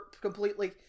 completely